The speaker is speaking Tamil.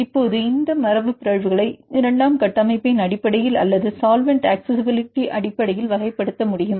இப்போது இந்த மரபுபிறழ்வுகளை இரண்டாம் கட்டமைப்பின் அடிப்படையில் அல்லது சால்வெண்ட் அக்சஸிஸிபிலிட்டி அடிப்படையில் வகைப்படுத்த முடியும்